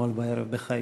אתמול בערב בחיפה.